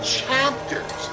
chapters